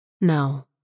No